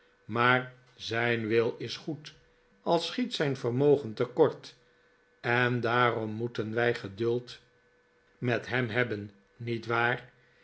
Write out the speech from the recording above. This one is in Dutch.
maar zijn wil is goed al schiet zijn vermogen te kort en daarom moeten wij geduld met hem hebben niet waar